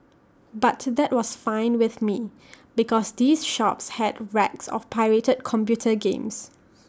but that was fine with me because these shops had racks of pirated computer games